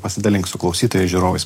pasidalink su klausytojais žiūrovais